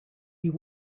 you